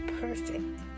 perfect